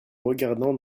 regardant